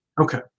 Okay